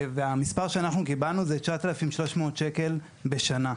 והמספר שאנחנו קיבלנו זה 9,300 שקלים בשנה.